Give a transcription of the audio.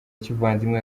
kivandimwe